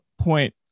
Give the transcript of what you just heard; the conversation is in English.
point